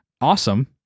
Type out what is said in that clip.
awesome